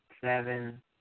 seven